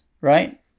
right